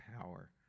power